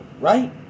right